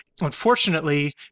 Unfortunately